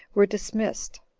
were dismissed.